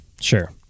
Sure